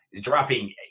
dropping